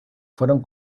fueron